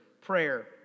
prayer